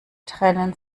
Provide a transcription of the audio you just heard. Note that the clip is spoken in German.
trennen